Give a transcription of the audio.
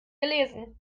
gelesen